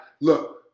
look